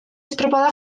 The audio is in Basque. estropada